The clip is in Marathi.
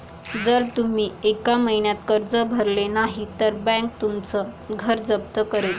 जर तुम्ही एका महिन्यात कर्ज भरले नाही तर बँक तुमचं घर जप्त करेल